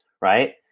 Right